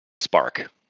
spark